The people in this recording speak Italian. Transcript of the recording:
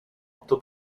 otto